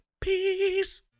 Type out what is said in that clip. Peace